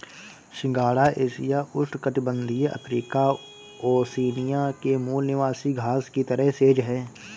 सिंघाड़ा एशिया, उष्णकटिबंधीय Africa, Oceania के मूल निवासी घास की तरह सेज है